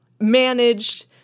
managed